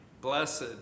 Blessed